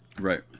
Right